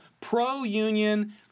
pro-union